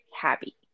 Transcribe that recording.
happy